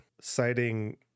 citing